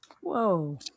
Whoa